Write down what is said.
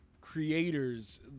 creators